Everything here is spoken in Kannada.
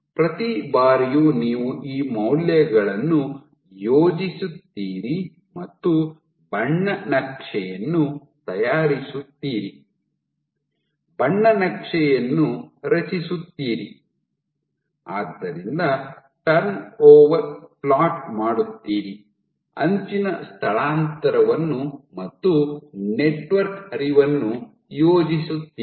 ಪ್ರತಿ ಬಾರಿಯೂ ನೀವು ಈ ಮೌಲ್ಯಗಳನ್ನು ಯೋಜಿಸುತ್ತೀರಿ ಮತ್ತು ಬಣ್ಣ ನಕ್ಷೆಯನ್ನು ತಯಾರಿಸುತ್ತೀರಿ ಬಣ್ಣ ನಕ್ಷೆಯನ್ನು ರಚಿಸುತ್ತೀರಿ ಆದ್ದರಿಂದ ಟರ್ನ್ ಓವರ್ ಫ್ಲೋಟ್ ಮಾಡುತ್ತೀರಿ ಅಂಚಿನ ಸ್ಥಳಾಂತರವನ್ನು ಮತ್ತು ನೆಟ್ವರ್ಕ್ ಹರಿವನ್ನು ಯೋಜಿಸುತ್ತೀರಿ